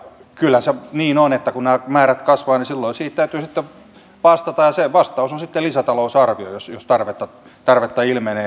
kyllä se niin on että kun nämä määrät kasvavat niin silloin siihen täytyy sitten vastata ja se vastaus on sitten lisätalousarvio jos tarvetta ilmenee